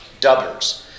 dubbers